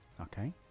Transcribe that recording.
okay